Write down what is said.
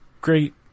great